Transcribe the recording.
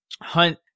Hunt